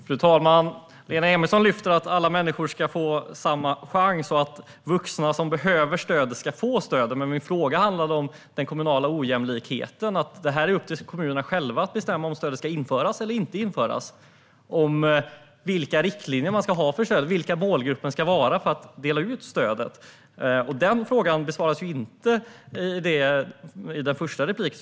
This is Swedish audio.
Fru talman! Lena Emilsson lyfte upp att alla människor ska få samma chans och att vuxna som behöver stöd ska få det. Men min fråga handlade om den kommunala ojämlikheten och att det är upp till kommunerna själva att bestämma om stödet ska införas eller inte, vilka riktlinjer stödet ska ha och vilken målgrupp stödet ska delas ut till. Denna fråga besvarades inte i den första repliken.